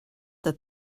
that